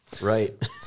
Right